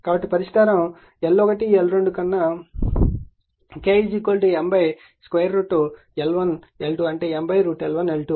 కాబట్టి పరిష్కారం L1 L2 కన్నా K M L1L2 అంటే M L1L2